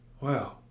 wow